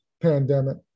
pandemic